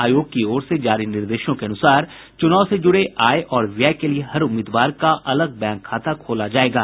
आयोग की ओर से जारी निर्देशों के अनुसार चुनाव से जुड़े आय और व्यय के लिए हर उम्मीदवार का अलग बैंक खाता खोला जायेगा